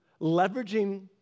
leveraging